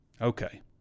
Okay